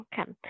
Okay